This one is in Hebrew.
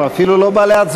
הוא אפילו לא בא להצביע.